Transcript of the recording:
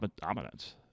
dominance